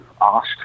asked